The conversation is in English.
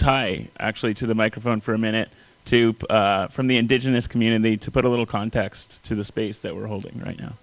time i actually to the microphone for a minute to play from the indigenous community to put a little context to the speech that we're holding right now